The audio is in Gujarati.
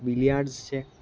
બિલિયાર્ડસ છે